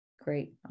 great